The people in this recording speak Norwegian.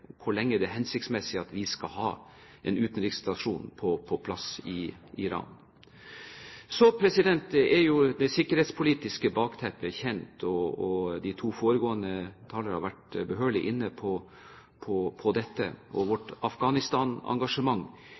hvor lenge det er hensiktsmessig at vi skal ha en utenriksstasjon på plass i Iran. Så er jo det sikkerhetspolitiske bakteppet kjent. De to foregående talere har vært behørig inne på dette. Vårt Afghanistan-engasjement er det som er det helt sentrale i dagens utfordring, og